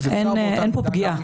אין פה פגיעה.